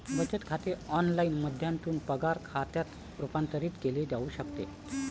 बचत खाते ऑनलाइन माध्यमातून पगार खात्यात रूपांतरित केले जाऊ शकते